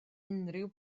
unrhyw